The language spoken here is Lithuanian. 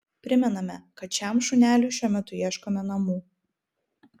primename kad šiam šuneliui šiuo metu ieškome namų